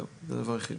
זהו, זה הדבר היחיד.